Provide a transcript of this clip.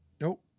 Nope